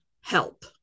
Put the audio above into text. help